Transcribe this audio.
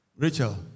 Rachel